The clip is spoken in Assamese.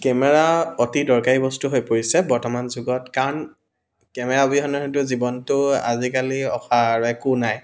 কেমেৰা অতি দৰকাৰী বস্তু হৈ পৰিছে বৰ্তমান যুগত কাৰণ কেমেৰা অবিহনে হয়তো জীৱনটো আজিকালি অসাৰ আৰু একো নাই